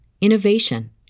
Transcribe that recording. innovation